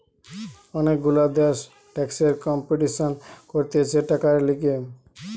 অনেক গুলা দেশ ট্যাক্সের কম্পিটিশান করতিছে টাকার লিগে